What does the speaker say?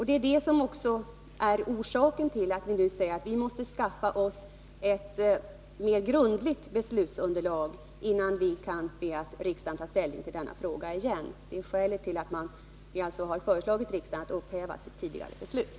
Det är det som också är orsaken till att vi i regeringen måste skaffa oss ett grundligare beslutsunderlag, innan vi kan be riksdagen ta ställning till denna fråga igen. Det är skälet till att vi har föreslagit riksdagen att upphäva sitt tidigare beslut.